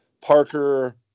Parker